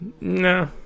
No